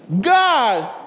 God